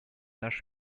наш